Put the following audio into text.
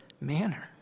manner